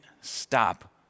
stop